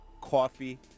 coffee